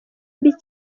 mbi